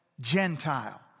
Gentile